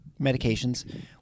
medications